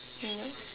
I like